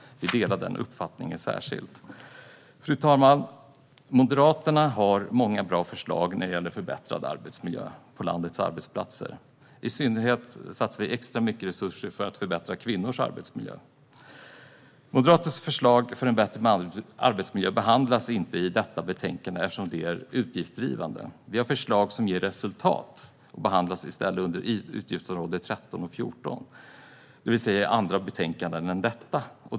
Vi delar särskilt den uppfattningen. Fru talman! Moderaterna har många bra förslag när det gäller förbättrad arbetsmiljö på landets arbetsplatser. I synnerhet satsar vi extra mycket resurser för att förbättra kvinnors arbetsmiljö. Moderaternas förslag för en bättre arbetsmiljö behandlas inte i detta betänkande, eftersom de är utgiftsdrivande. Vi har förslag som ger resultat, och de behandlas i stället under utgiftsområdena 13 och 14, det vill säga i andra betänkanden än detta.